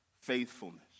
faithfulness